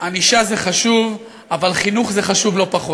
ענישה זה חשוב, אבל חינוך זה חשוב לא פחות.